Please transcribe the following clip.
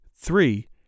Three